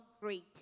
great